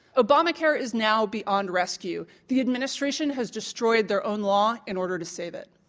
obamacare is now beyond rescue. the administration has destroyed their own law in order to save it.